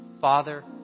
Father